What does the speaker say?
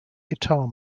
guitar